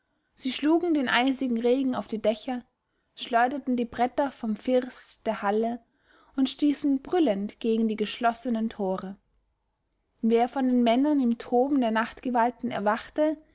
sie schlugen den eisigen regen auf die dächer schleuderten die bretter vom first der halle und stießen brüllend gegen die geschlossenen tore wer von den männern im toben der nachtgewalten erwachte